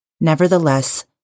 nevertheless